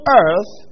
earth